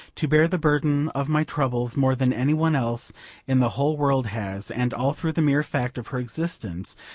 to bear the burden of my troubles more than any one else in the whole world has, and all through the mere fact of her existence,